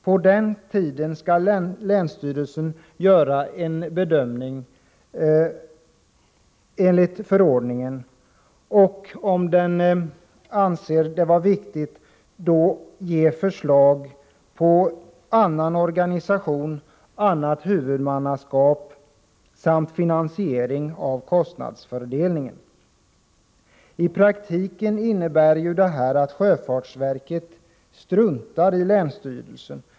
På den tiden skall länsstyrelsen göra en bedömning enligt förordningen och, om den anser det nödvändigt, lämna förslag till annan organisation, annat huvudmannaskap samt finansiering och kostnadsfördelning. I praktiken innebär detta att sjöfartsverket struntar i länsstyrelsen.